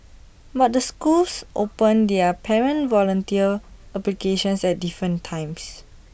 but the schools open their parent volunteer applications at different times